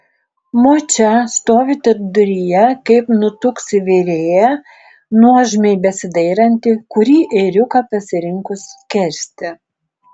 močia stovi tarpduryje kaip nutuksi virėja nuožmiai besidairanti kurį ėriuką pasirinkus skersti